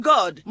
God